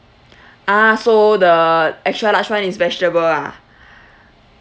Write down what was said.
ah so the extra large [one] is vegetable ah